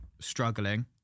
struggling